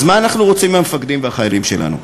אז מה אנחנו רוצים מהמפקדים והחיילים שלנו?